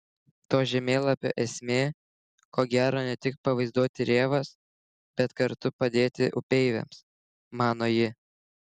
to žemėlapio esmė ko gero ne tik pavaizduoti rėvas bet kartu padėti upeiviams mano ji